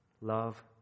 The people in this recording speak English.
Love